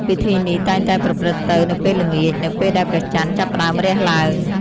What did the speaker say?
ពិធីនេះតែងតែប្រព្រឹត្តទៅនៅពេលល្ងាច នៅពេលដែលព្រះច័ន្ទចាប់ផ្តើមរះឡើង។